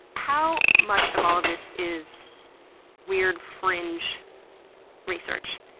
how much of all of this is weird fringe research?